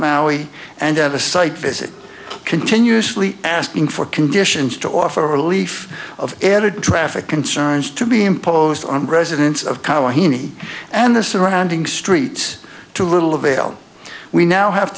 maui and at a site visit continuously asking for conditions to offer relief of air traffic concerns to be imposed on residents of kauai heaney and the surrounding streets to little avail we now have